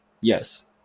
yes